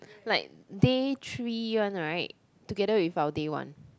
like day three one [right] together with our day one